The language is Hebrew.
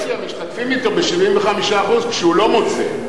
בנורבגיה משתתפים אתו ב-75% כשהוא לא מוצא.